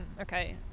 okay